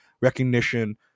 recognition